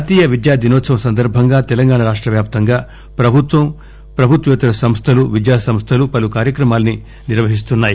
జాతీయ విద్యా దినోత్సవం సందర్బంగా తెలంగాణ రాష్షవ్యాప్తంగా ప్రభుత్వ ప్రభుత్వేతర సంస్లలు విద్యాసంస్లలు పలు కార్యక్రమాలు నిర్వహిస్తున్నాయి